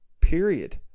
period